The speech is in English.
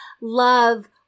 love